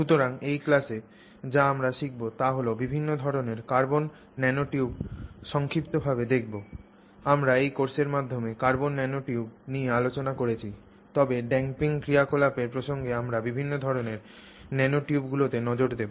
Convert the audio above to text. সুতরাং এই ক্লাসে আমরা যা শিখব তা হল আমরা বিভিন্ন ধরণের কার্বন ন্যানোটিউব সংক্ষিপ্তভাবে দেখব আমরা এই কোর্সের মাধ্যমে কার্বন ন্যানোটিউব নিয়ে আলোচনা করেছি তবে ড্যাম্পিং ক্রিয়াকলাপের প্রসঙ্গে আমরা বিভিন্ন ধরণের ন্যানোটিউবগুলিতে নজর দেব